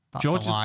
George